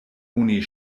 oni